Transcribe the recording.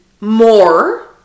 more